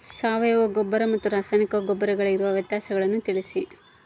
ಸಾವಯವ ಗೊಬ್ಬರ ಮತ್ತು ರಾಸಾಯನಿಕ ಗೊಬ್ಬರಗಳಿಗಿರುವ ವ್ಯತ್ಯಾಸಗಳನ್ನು ತಿಳಿಸಿ?